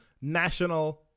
National